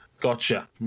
Gotcha